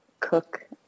cook